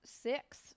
Six